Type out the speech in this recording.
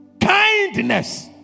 Kindness